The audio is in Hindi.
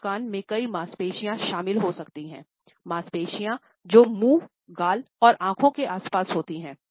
एक मुस्कान में कई मांसपेशियाँ शामिल हो सकती हैंमांसपेशियाँ जो मुंहगाल और आंखों के आसपास होती हैं